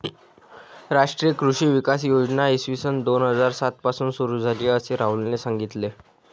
राष्ट्रीय कृषी विकास योजना इसवी सन दोन हजार सात पासून सुरू झाली, असे राहुलने सांगितले